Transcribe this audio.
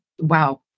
Wow